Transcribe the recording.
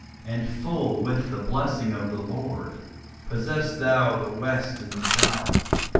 and full with the blessing of the lord possess thou the west and the south.